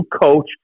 coach